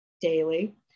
daily